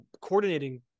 coordinating